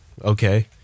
Okay